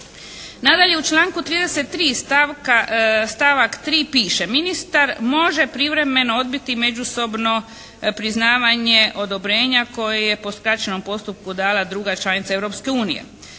Nadalje, u članku 33. stavak 3. piše: «Ministar može privremeno odbiti međusobno priznavanje odobrenja koje je po skraćenom postupku dala druga članica